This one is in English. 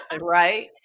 right